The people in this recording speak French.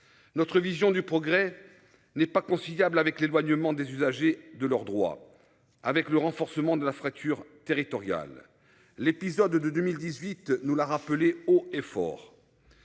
Notre vision du progrès n'est pas conciliable avec l'éloignement des usagers de leurs droits, avec le renforcement de la fracture territoriale. L'épisode de 2018 nous la rappeler haut et fort.